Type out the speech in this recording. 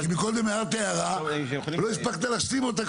כי מקודם הערת הערה לא הספקת להשלים אותה,